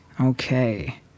okay